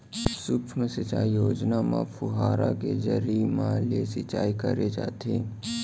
सुक्ष्म सिंचई योजना म फुहारा के जरिए म ले सिंचई करे जाथे